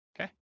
Okay